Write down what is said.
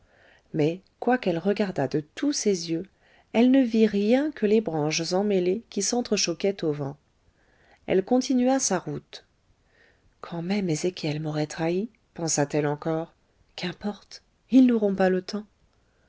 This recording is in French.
mais quoiqu'elle regardât de tous ses yeux elle ne vit rien que les branches emmêlées qui s'entre-choquaient au vent elle continua sa route quand même ezéchiel m'aurait trahie pensa-t-elle encore qu'importe ils n'auront pas le temps